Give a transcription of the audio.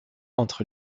entre